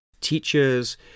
teachers